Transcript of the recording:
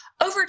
Over